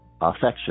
affection